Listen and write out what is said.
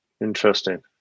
Interesting